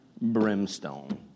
brimstone